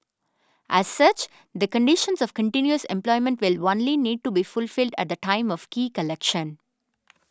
as such the conditions of continuous employment will only need to be fulfilled at the time of key collection